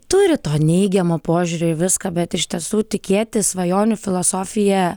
turi to neigiamo požiūrio į viską bet iš tiesų tikėti svajonių filosofija